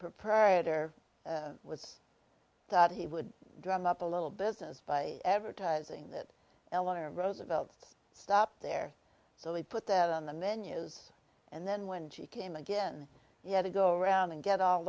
proprietor was that he would drum up a little business by advertising that eleanor roosevelt stopped there so he put that on the menus and then when she came again he had to go around and get all